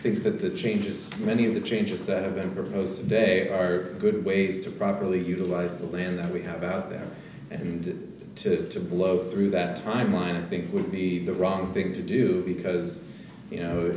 think that the changes many of the changes that have been proposed today are good ways to properly utilize the land that we have out there and to blow through that timeline a big would be the wrong thing to do because you know